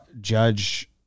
Judge